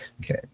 Okay